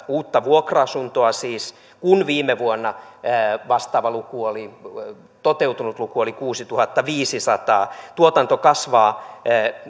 uutta vuokra asuntoa on käynnistymässä kun viime vuonna vastaava toteutunut luku oli kuusituhattaviisisataa tuotanto kasvaa